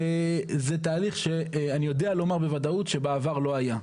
וזה תהליך שאני יודע לומר בוודאות שבעבר לא היה.